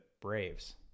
Braves